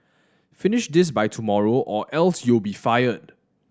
finish this by tomorrow or else you'll be fired